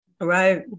Right